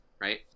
right